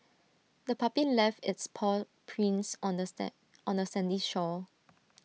the puppy left its paw prints on the Sam on the sandy shore